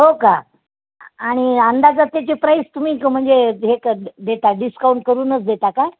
हो का आणि अंदाजा त्याचे प्राईस तुम्ही म्हणजे हे कर देता डिस्काउंट करूनच देता का